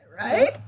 Right